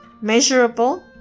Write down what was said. measurable